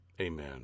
Amen